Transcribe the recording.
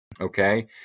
Okay